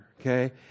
okay